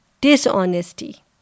Dishonesty